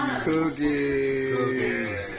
Cookies